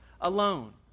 alone